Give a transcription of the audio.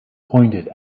pointed